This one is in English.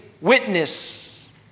witness